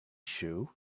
shoe